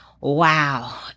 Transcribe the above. Wow